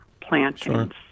plantings